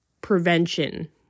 prevention